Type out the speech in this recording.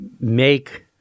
make